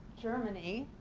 germany,